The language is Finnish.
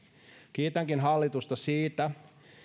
kiitänkin hallitusta siitä